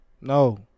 No